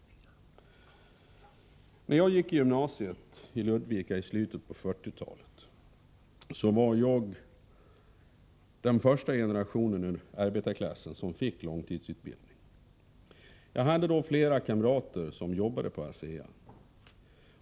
När jag gick i gymnasiet i Ludvika i slutet av 40-talet tillhörde jag den första generation ur arbetarklassen som fick långtidsutbildning. Jag hade då flera kamrater som jobbade på ASEA.